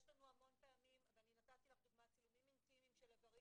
יש לנו המון פעמים צילומים אינטימיים של איברים